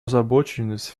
озабоченность